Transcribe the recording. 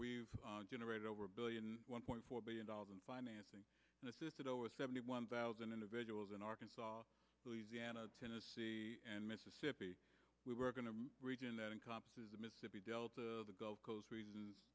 we generated over a billion one point four billion dollars in financing and assisted over seventy one thousand individuals in arkansas louisiana tennessee and mississippi we were going to region that encompasses the mississippi delta the gulf coast re